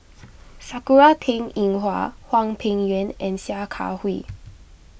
Sakura Teng Ying Hua Hwang Peng Yuan and Sia Kah Hui